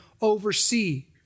oversee